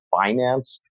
finance